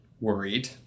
worried